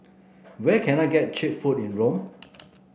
where can I get cheap food in Rome